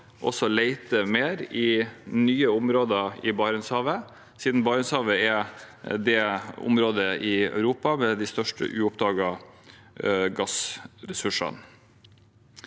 å lete mer i nye områder i Barentshavet, siden Barentshavet er det området i Europa med de antatt største uoppdagede gassressursene.